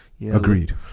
agreed